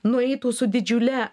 nueitų su didžiule